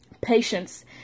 patience